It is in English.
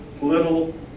little